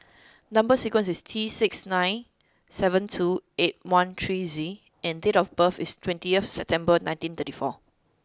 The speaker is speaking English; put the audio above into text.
number sequence is T six nine seven two eight nine three Z and date of birth is twentieth September nineteen thirty four